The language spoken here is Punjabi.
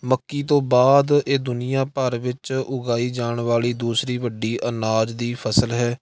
ਮੱਕੀ ਤੋਂ ਬਾਅਦ ਇਹ ਦੁਨੀਆਂ ਭਰ ਵਿੱਚ ਉਗਾਈ ਜਾਣ ਵਾਲੀ ਦੂਸਰੀ ਵੱਡੀ ਅਨਾਜ ਦੀ ਫਸਲ ਹੈ